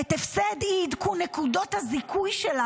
את הפסד אי-עדכון נקודות הזיכוי שלה